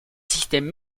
système